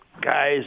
guys